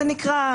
זה נקרא,